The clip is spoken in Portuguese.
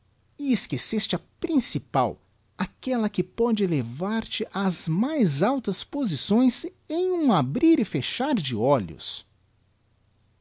esqueceste a principal aquella que pôde elevar te ás mais altas posições em um abrir e fechar de olhos